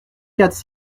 quatre